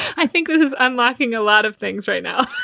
i think this is unlocking a lot of things right now